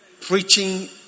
Preaching